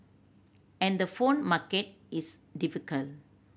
and the phone market is difficult